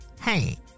Hey